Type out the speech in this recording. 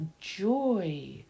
joy